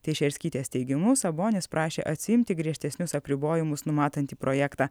teišerskytės teigimu sabonis prašė atsiimti griežtesnius apribojimus numatantį projektą